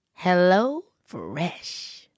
HelloFresh